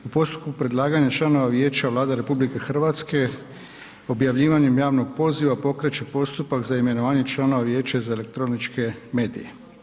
U postupku predlaganja članova vijeća, Vlada RH objavljivanjem javnog poziva pokreće postupak za imenovanje članova Vijeća za elektroničke medije.